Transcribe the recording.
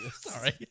Sorry